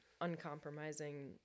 Uncompromising